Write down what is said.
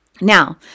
Now